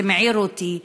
זה מעיר אותי,